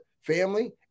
family